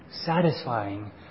satisfying